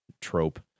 trope